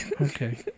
Okay